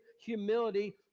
humility